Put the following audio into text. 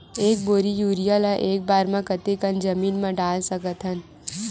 एक बोरी यूरिया ल एक बार म कते कन जमीन म डाल सकत हन?